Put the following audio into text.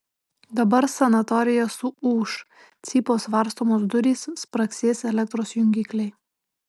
dabar sanatorija suūš cypaus varstomos durys spragsės elektros jungikliai